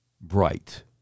bright